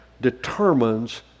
determines